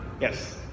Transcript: Yes